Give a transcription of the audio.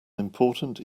important